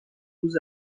روز